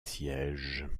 siège